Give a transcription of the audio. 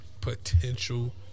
potential